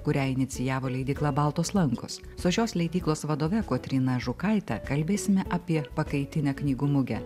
kurią inicijavo leidykla baltos lankos su šios leidyklos vadove kotryna žukaitė kalbėsime apie pakaitinę knygų mugę